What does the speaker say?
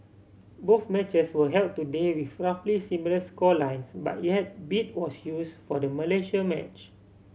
both matches were held today with roughly similar score lines but yet beat was use for the Malaysia match